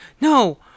no